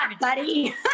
buddy